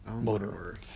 motor